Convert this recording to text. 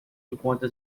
encontra